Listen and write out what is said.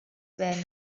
were